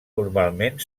normalment